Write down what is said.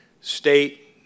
state